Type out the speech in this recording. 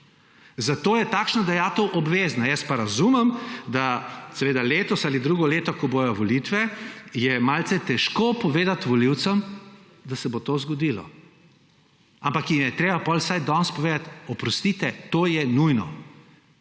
Zato je takšna dajatev obvezna. Jaz pa razumem, da letos ali drugo leto, ko bodo volitve, je malce težko povedati volivcem, da se bo to zgodilo. Ampak jim je treba potem vsaj danes povedati: oprostite, to je nujno.